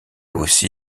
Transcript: aussi